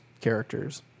characters